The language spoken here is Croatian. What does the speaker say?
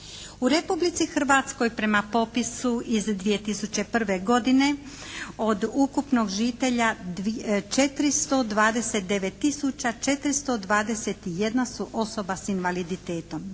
U Republici Hrvatskoj prema popisu iz 2001. godine od ukupnog žitelja 429 tisuća 421 su osoba sa invaliditetom,